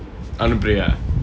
அனுப்பியா:anuppiyaa